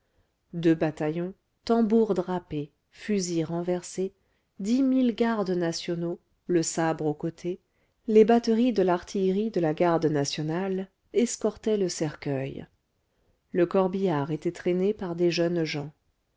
deux bataillons tambours drapés fusils renversés dix mille gardes nationaux le sabre au côté les batteries de l'artillerie de la garde nationale escortaient le cercueil le corbillard était traîné par des jeunes gens